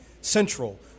Central